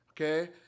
okay